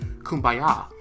kumbaya